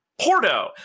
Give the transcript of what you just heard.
Porto